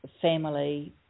family